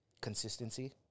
consistency